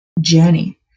journey